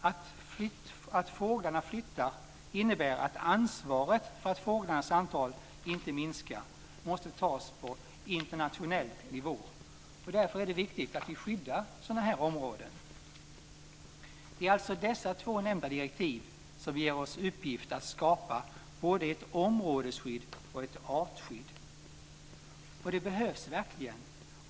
Att fåglarna flyttar innebär att ansvaret för att fåglarnas antal inte minskar måste tas på internationell nivå. Därför är det viktigt att vi skyddar sådana här områden. Det är alltså dessa två nämnda direktiv som ger oss uppgiften att skapa både ett områdesskydd och ett artskydd, och det behövs verkligen.